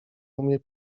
umie